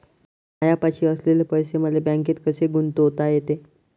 मायापाशी असलेले पैसे मले बँकेत कसे गुंतोता येते?